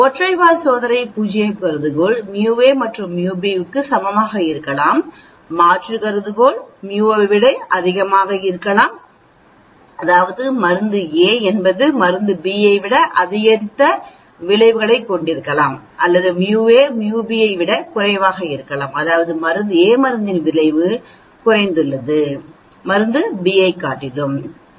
ஒற்றை வால் சோதனை பூஜ்ய கருதுகோள் μA μB க்கு சமமாக இருக்கலாம் மாற்று கருதுகோள் μA ஐ விட அதிகமாக இருக்கலாம் அதாவது மருந்து A என்பது மருந்து Bஐ விட அதிகரித்த விளைவைக் கொண்டிருக்கிறது அல்லது μA μB ஐ விட குறைவாக இருக்கலாம் அதாவது A மருந்தின் விளைவு குறைந்துள்ளது மருந்து B ஐ விட குறைந்த வால் மற்றும் மேல் வால்